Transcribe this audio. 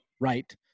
right